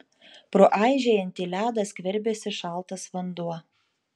pro aižėjantį ledą skverbėsi šaltas vanduo